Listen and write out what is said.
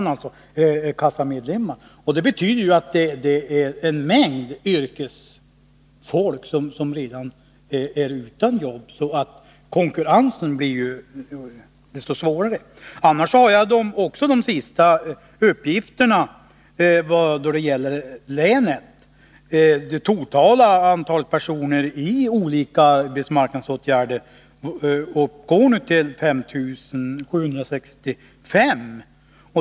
Att så många är kassamedlemmar betyder att det är en mängd yrkesfolk som redan är utan jobb, så konkurrensen blir desto hårdare. Jag har också de senaste uppgifterna när det gäller länet. Det totala antalet personer i olika arbetsmarknadsåtgärder uppgår nu till 5 765.